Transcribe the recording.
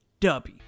Dubby